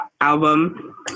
album